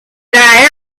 die